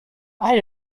are